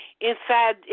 inside